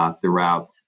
throughout